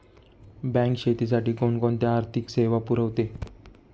Bank शेतीसाठी कोणकोणत्या आर्थिक सेवा पुरवते?